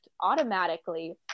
automatically